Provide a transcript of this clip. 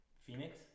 Phoenix